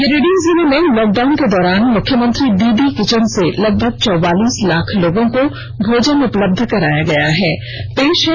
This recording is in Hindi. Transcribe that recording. गिरिडीह जिले में लॉक डाउन के दौरान मुख्यमंत्री दीदी किचन से लगभग चौवालीस लाख लोगों को भोजन उपलब्ध कराया गया है